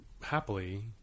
happily